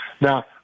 Now